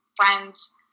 friends